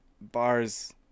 bars